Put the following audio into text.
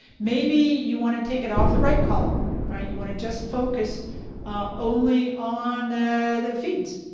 maybe you want to take it off the right column, right? you want to just focus only on the feeds.